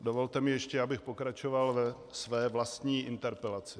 Dovolte mi ještě, abych pokračoval ve své vlastní interpelaci.